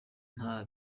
nta